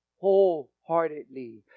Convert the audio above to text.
wholeheartedly